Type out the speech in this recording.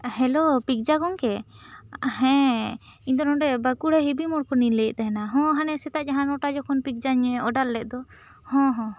hello ᱯᱤᱜᱽᱡᱟ ᱜᱚᱢᱠᱮ ᱦᱮᱸ ᱤᱧ ᱫᱚ ᱱᱚᱰᱮ ᱵᱟᱹᱠᱩᱲᱟ ᱦᱮᱵᱤᱨᱢᱳᱲ ᱠᱷᱚᱱ ᱤᱧ ᱞᱟᱹᱭ ᱮᱫ ᱛᱟᱦᱮᱱᱟ ᱦᱚ ᱦᱟᱱᱮ ᱥᱮᱛᱟᱜ ᱡᱟᱦᱟᱸ ᱱᱚᱴᱟᱭ ᱡᱚᱠᱷᱟᱱ ᱯᱤᱜᱽᱡᱟᱧ ᱚᱰᱟᱨ ᱞᱮᱫ ᱫᱚ ᱦᱚᱸ ᱦᱚᱸ ᱦᱚᱸ